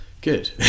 good